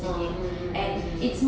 ah mm mm mm mm